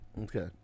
Okay